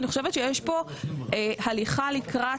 אני חושבת שיש פה הליכה לקראת,